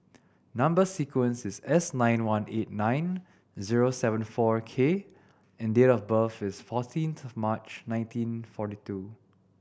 number sequence is S nine one eight nine zero seven four K and date of birth is fourteenth March nineteen forty two